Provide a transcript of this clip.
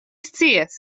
scias